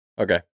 okay